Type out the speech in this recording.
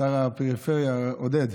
שר הפריפריה, עודד.